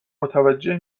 متوجه